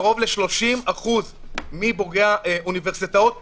קרוב ל-30% מבוגרי האוניברסיטאות נכשלו,